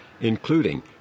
including